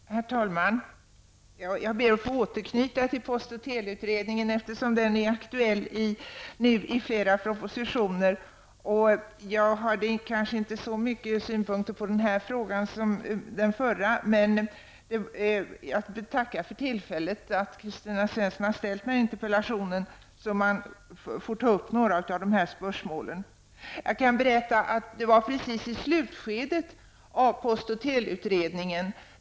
Herr talman! Jag ber att få återknyta till post och teleutredningen då den är aktuell i flera propositioner. Jag har kanske inte så många synpunkter på denna fråga som på den tidigare. Men jag tackar för att Kristina Svensson har ställt denna interpellation så att spörsmålen kan tas upp till diskussion.